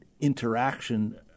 interaction –